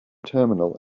terminal